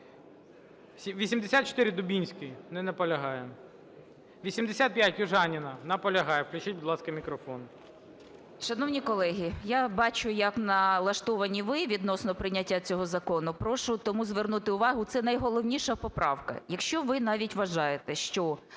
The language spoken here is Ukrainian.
84. Дубінський. Не наполягає. 85. Южаніна. Наполягає. Включіть, будь ласка, мікрофон. 16:26:00 ЮЖАНІНА Н.П. Шановні колеги, я бачу, як налаштовані ви відносно прийняття цього закону, прошу, тому звернути увагу, це найголовніша поправка. Якщо ви навіть вважаєте, що